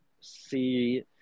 see